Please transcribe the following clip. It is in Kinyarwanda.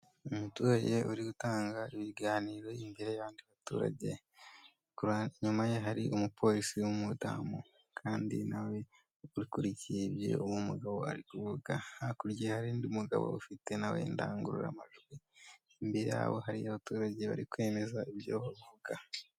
Umuturage uri gutanga ibiganiro imbere y'abandi baturage, inyuma ye hari umupolisi w'umudamu, kandi nawe akurikiye ibyo uwo mugabo arivuga, hakurya hari undi umugabo ufite nawe indangururamajwi, imbere yabo hari abaturage bari kwemeza ibyo bavuga.